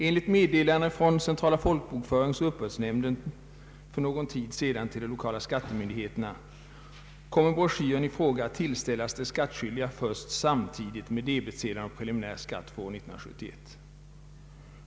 Enligt meddelande från centrala folkbokföringsoch uppbördsnämnden för någon tid sedan till de lokala skattemyndigheterna kommer broschyren i fråga att tillställas de skattskyldiga först samtidigt med debetsedlarna å preliminär skatt för år 1971.